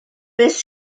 beth